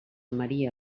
maria